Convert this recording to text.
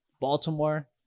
Baltimore